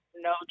No